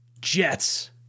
Jets